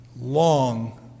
long